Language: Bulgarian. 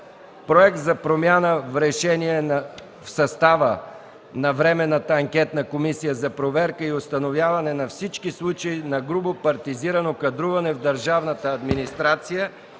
Проект за решение за промяна в състава на Временната анкетна комисия за проверка и установяване на всички случаи на грубо партизирано кадруване в държавната администрация